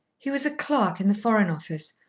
he was a clerk in the foreign office,